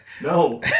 No